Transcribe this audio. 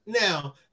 Now